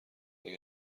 اگه